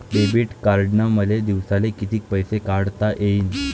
Debit कार्डनं मले दिवसाले कितीक पैसे काढता येईन?